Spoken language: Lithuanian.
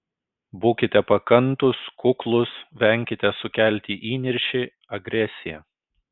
būkite pakantūs kuklūs venkite sukelti įniršį agresiją